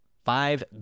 Five